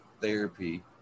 therapy